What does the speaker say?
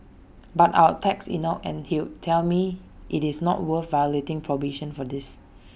but I will text Enoch and he will tell me IT is not worth violating probation for this